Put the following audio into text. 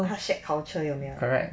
shared culture 有没有